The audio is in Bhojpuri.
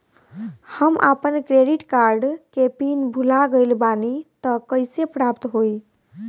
हम आपन क्रेडिट कार्ड के पिन भुला गइल बानी त कइसे प्राप्त होई?